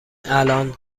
الان